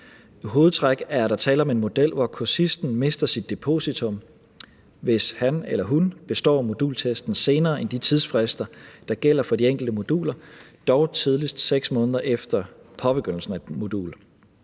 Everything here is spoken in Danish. I hovedtræk er der tale om en model, hvor kursisten mister sit depositum, hvis han eller hun består modultesten senere end de tidsfrister, der gælder for de enkelte moduler, dog tidligst 6 måneder efter påbegyndelsen af et modul.